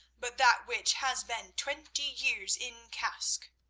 but that which has been twenty years in cask?